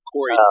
Corey